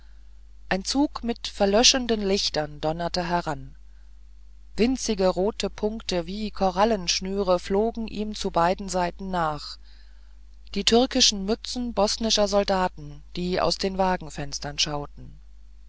ein zug mit verlöschenden lichtern donnerte heran winzige rote punkte wie korallenschnüre flogen ihm zu beiden seiten nach die türkischen mützen bosnischer soldaten die aus den wagenfenstern schauten